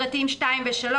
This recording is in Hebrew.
פרטים (2) ו-(3),